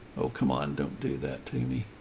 oh, come on. don't do that to me.